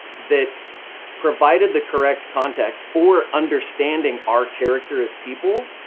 that provided the correct context or understanding our character as people,